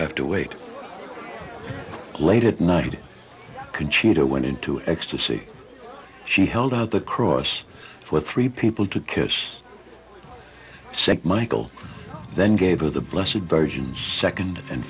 have to wait late at night conchita went into ecstasy she held out the cross for three people two kids said michael then gave her the blessing virgins second and